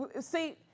see